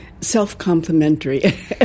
self-complimentary